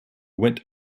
went